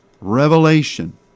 revelation